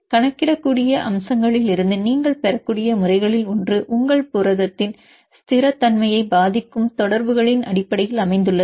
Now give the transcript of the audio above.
கணக்கிடக்கூடிய அம்சங்களிலிருந்து நீங்கள் பெறக்கூடிய முறைகளில் ஒன்று உங்கள் புரதத்தின் ஸ்திரத்தன்மையை பாதிக்கும் தொடர்புகளின் அடிப்படையில் அமைந்துள்ளது